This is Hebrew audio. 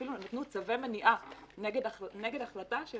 אפילו הוציאו צווי מניעה נגד החלטה של